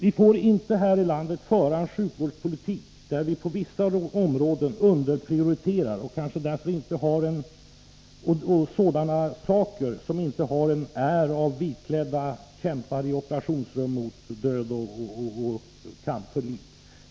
Vi får inte här i landet föra en sjukvårdspolitik där vi prioriterar vissa områden för lågt bara för att det inte handlar om vitklädda människor som i operationsrum för en kamp mot död och för liv.